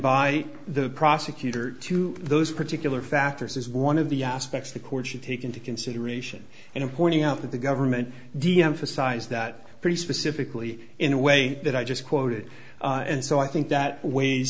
by the prosecutor to those particular factors is one of the aspects the court should take into consideration and i'm pointing out that the government deemphasize that pretty specifically in a way that i just quoted and so i think that w